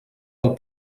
del